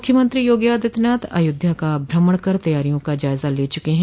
मूख्यमंत्री योगी आदित्यनाथ अयोध्या का भ्रमण कर तैयारियों का जायजा ले चुके हैं